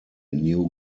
new